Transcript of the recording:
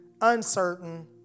uncertain